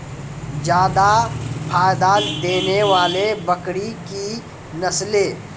जादा फायदा देने वाले बकरी की नसले?